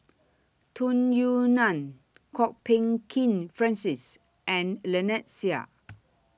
Tung Yue Nang Kwok Peng Kin Francis and Lynnette Seah